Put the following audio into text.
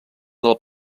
del